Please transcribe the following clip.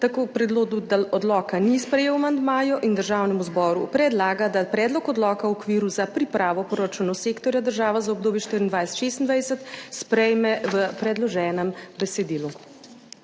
tako k predlogu, da odloka ni sprejel amandmajev in Državnemu zboru predlaga, da predlog odloka v okviru za pripravo proračunov sektorja država za obdobje 2024-2026 sprejme v predloženem besedilu.